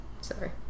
Sorry